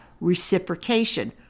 reciprocation